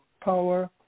power